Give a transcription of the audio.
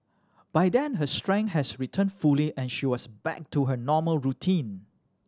by then her strength had returned fully and she was back to her normal routine